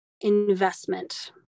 investment